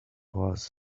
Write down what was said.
was